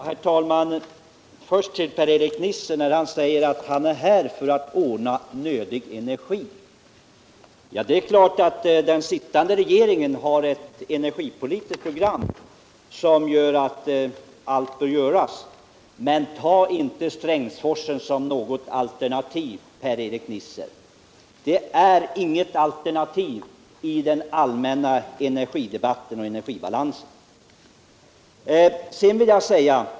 Herr talman! Jag vill först rikta mig till Per-Erik Nisser när han säger att han vill ordna nödig energi. Det är klart att den sittande regeringen borde ha ett energipolitiskt program där allt detta bör göras. Men ta inte Strängsforsen som något alternativ, Per-Erik Nisser. Den är inget alternativ i den allmänna energibalansen.